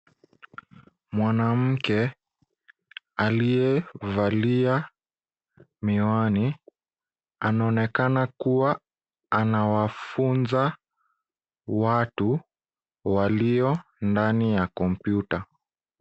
Mwanamke aliyevalia miwani anaonekana kuwa anawafunza watu walio ndani ya kompyuta.